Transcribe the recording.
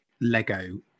lego